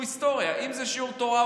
אם זה שיעור תורה או היסטוריה,